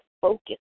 focus